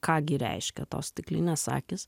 ką gi reiškia tos stiklinės akys